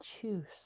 choose